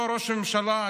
אותו ראש ממשלה,